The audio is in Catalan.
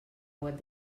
web